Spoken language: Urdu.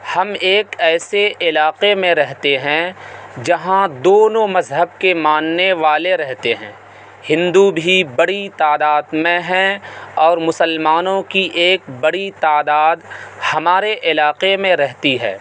ہم ایک ایسے علاقے میں رہتے ہیں جہاں دونوں مذہب کے ماننے والے رہتے ہیں ہندو بھی بڑی تعداد میں ہیں اور مسلمانوں کی ایک بڑی تعداد ہمارے علاقے میں رہتی ہے